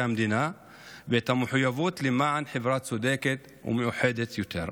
המדינה ואת המחויבות למען חברה צודקת ומאוחדת יותר.